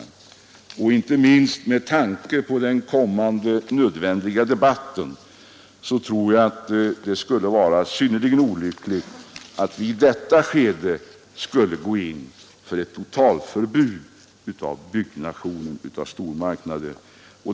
Jag tror att det, inte minst med tanke på den kommande nödvändiga debatten skulle vara synnerligen olyckligt om vi i detta skede skulle gå in för ett totalförbud mot byggnation av stormarknader.